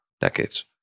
decades